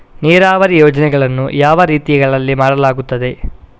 ನೀರಾವರಿ ಯೋಜನೆಗಳನ್ನು ಯಾವ ರೀತಿಗಳಲ್ಲಿ ಮಾಡಲಾಗುತ್ತದೆ?